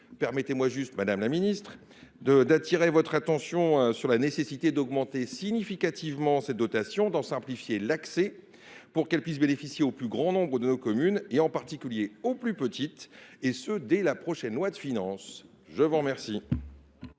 Permettez moi toutefois, madame la ministre, d’attirer votre attention sur la nécessité d’augmenter significativement ces dotations et d’en simplifier l’accès, pour qu’elles puissent bénéficier au plus grand nombre de nos communes, en particulier aux plus petites d’entre elles, et cela dès la prochaine loi de finances. Quel